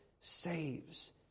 saves